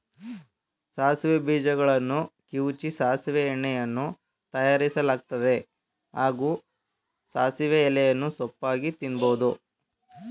ಸಾಸಿವೆ ಬೀಜಗಳನ್ನು ಕಿವುಚಿ ಸಾಸಿವೆ ಎಣ್ಣೆಯನ್ನೂ ತಯಾರಿಸಲಾಗ್ತದೆ ಹಾಗೂ ಸಾಸಿವೆ ಎಲೆಯನ್ನು ಸೊಪ್ಪಾಗಿ ತಿನ್ಬೋದು